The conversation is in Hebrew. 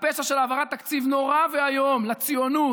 לפשע של העברת תקציב נורא ואיום לציונות,